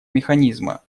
механизма